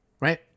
Right